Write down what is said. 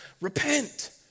repent